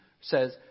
says